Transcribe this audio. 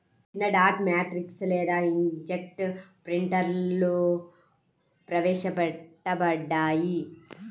చిన్నడాట్ మ్యాట్రిక్స్ లేదా ఇంక్జెట్ ప్రింటర్లుప్రవేశపెట్టబడ్డాయి